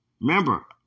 Remember